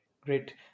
Great